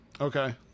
Okay